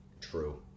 True